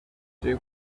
day